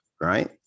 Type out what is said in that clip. right